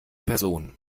person